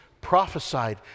prophesied